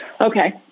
Okay